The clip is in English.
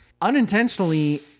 unintentionally